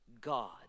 God